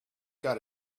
got